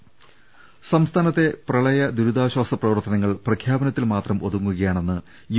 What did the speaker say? ദർവ്വട്ടങ സംസ്ഥാനത്തെ പ്രളയ ദുരിതാശ്ചാസ പ്രവർത്തനങ്ങൾ പ്രഖ്യാപനത്തിൽ മാത്രം ഒതുങ്ങുകയാണെന്ന് യു